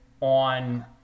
on